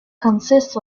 consist